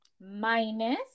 minus